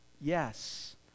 yes